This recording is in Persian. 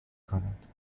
کند